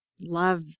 Love